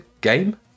game